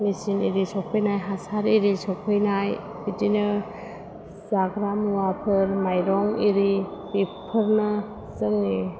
machine एरि सफैनाय हासार एरि सफैनाय बिदिनो जाग्रा मुवाफोर मायरं एरि बेफोरनो जोंनि